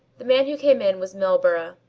the man who came in was milburgh.